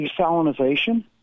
desalinization